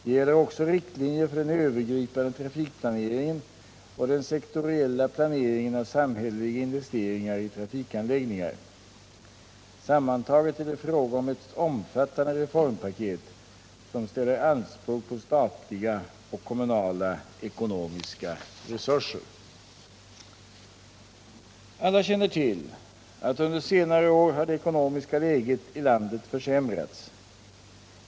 Det gäller också riktlinjer för den övergripande trafikplaneringen och den sektoriella planeringen av samhälleliga investeringar i trafikanläggningar. Sammantaget är det fråga om ett omfattande reformpaket som ställer anspråk på statliga och kommunala ekonomiska resurser. Alla känner till att under senare år har det ekonomiska läget i landet försämrats.